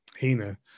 Hina